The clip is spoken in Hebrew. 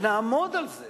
ונעמוד על זה